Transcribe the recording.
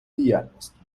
діяльність